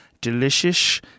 delicious